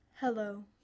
Hello